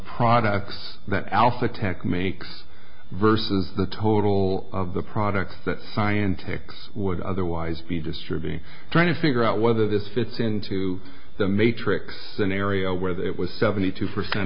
products that alpha tech makes versus the total of the product that scientists would otherwise be distributing trying to figure out whether this fits into the matrix scenario where that was seventy two percent